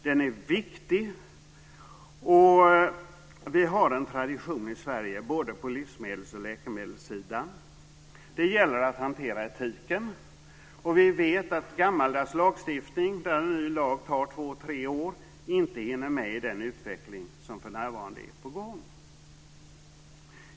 Den är viktig. Vi har i Sverige en tradition både på livsmedels och på läkemedelssidan. Det gäller att hantera etiken, och vi vet att gammaldags lagstiftning, där en ny lag tar två, tre år, inte hinner med i den utveckling som för närvarande är på gång.